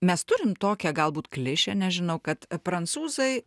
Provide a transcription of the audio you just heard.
mes turim tokią galbūt klišę nežinau kad prancūzai